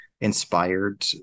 inspired